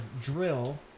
drill